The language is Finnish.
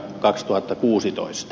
puhemies